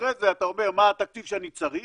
אחרי זה אתה אומר מה התקציב שאני צריך,